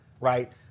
right